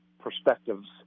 perspectives